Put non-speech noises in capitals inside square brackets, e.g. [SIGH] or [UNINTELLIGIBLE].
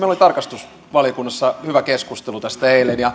[UNINTELLIGIBLE] oli tarkastusvaliokunnassa hyvä keskustelu tästä eilen